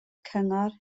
cyngor